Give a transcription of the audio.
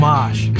Mosh